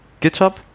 GitHub